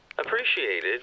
Appreciated